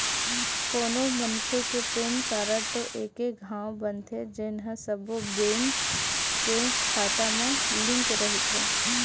कोनो मनखे के पेन कारड तो एके घांव बनथे जेन ह सब्बो बेंक के खाता म लिंक रहिथे